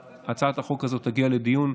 כשהצעת החוק הזאת תגיע לדיון,